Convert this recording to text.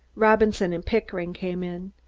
robinson and pickering came in.